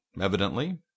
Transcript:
evidently